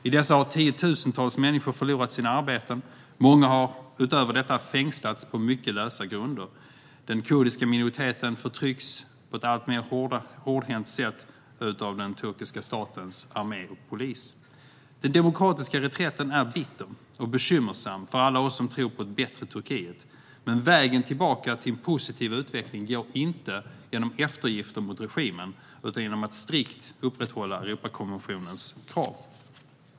I dessa har tiotusentals människor förlorat sina arbeten, och många har utöver detta fängslats på mycket lösa grunder. Den kurdiska minoriteten förtrycks på ett alltmer hårdhänt sätt av den turkiska statens armé och polis. Den demokratiska reträtten är bitter och bekymmersam för alla oss som tror på ett bättre Turkiet, men vägen tillbaka till en positiv utveckling går inte genom eftergifter mot regimen utan genom ett strikt upprätthållande av Europakonventionens krav.